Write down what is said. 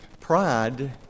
Pride